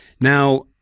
Now